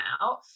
out